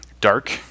dark